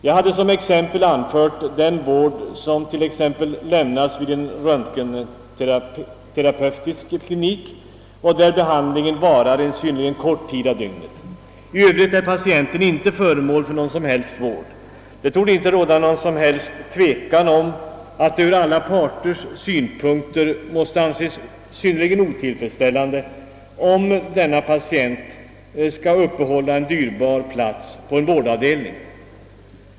Jag hade som exempel anfört den vård som t.ex. lämnas vid en röntgenterapeutisk klinik och där behandlingen varar en mycket kort tid av dygnet — i övrigt är patienten inte föremål för någon som helst vård. Det torde inte råda någon tvekan cm att det ur alla parters synpunkt måste anses synnerligen otillfredsställande om en sådan patient skulle uppehålla en dyrbar plats på en vårdavdelning.